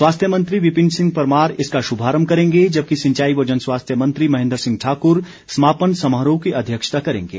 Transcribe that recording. स्वास्थ्य मंत्री विपिन सिंह परमार इसका शुभारंभ करेंगे जबकि सिचांई व जन स्वास्थ्य मंत्री महेन्द्र सिंह ठाकुर समापन समारोह की अध्यक्षता करेंगे